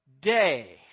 day